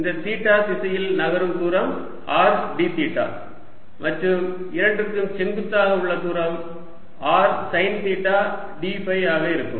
இந்த தீட்டா திசையில் நகரும் தூரம் r d தீட்டா மற்றும் இரண்டிற்கும் செங்குத்தாக உள்ள தூரம் r sine theta d phi ஆக இருக்கும்